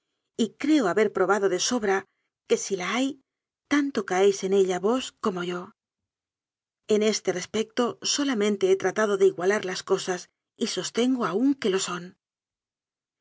y creo haber probado de sobra que si la hay tanto caéis en ella vos como yo en este respecto solamente he tratado de igualar las cosas y sostengo aún que lo son